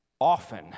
often